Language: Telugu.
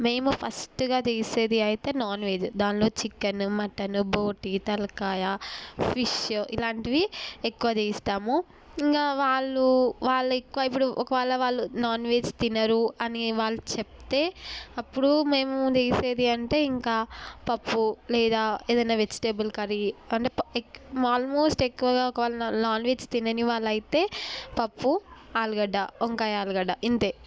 మేము ఫస్ట్గా చేసేది అయితే నాన్వెజ్ దాంట్లో చికెన్ మటన్ బోటీ తలకాయ ఫిష్ ఇలాంటివి ఎక్కువ చేస్తాము ఇంకా వాళ్ళు వాళ్ళ ఎక్కువ ఇప్పుడు ఒకవేళ వాళ్ళు నాన్వెజ్ తినరు అని వాళ్ళు చెప్తే అప్పుడు మేము చేసేది అంటే ఇంకా పప్పు లేదా ఏదైనా వెజిటేబుల్ కర్రీ అంటే ఆల్మోస్ట్ ఎక్కువగా నాన్వెజ్ తినని వాళ్ళు అయితే పప్పు ఆలుగడ్డ వంకాయ ఆలుగడ్డ ఇంతే